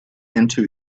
into